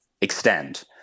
extend